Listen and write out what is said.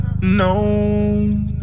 no